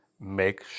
Make